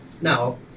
Now